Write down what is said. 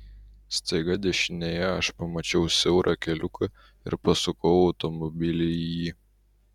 staiga dešinėje aš pamačiau siaurą keliuką ir pasukau automobilį į jį